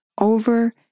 over